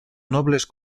nobles